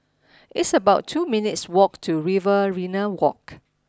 it's about two minutes' walk to Riverina Walk